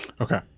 Okay